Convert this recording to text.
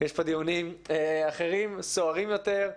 יש פה דיונים אחרים, סוערים יותר,